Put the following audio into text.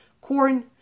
corn